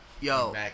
yo